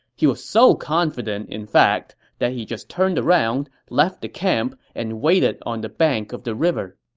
he was so confident, in fact, that he just turned around, left the camp, and waited on the bank of the river